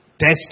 test